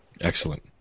Excellent